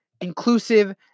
inclusive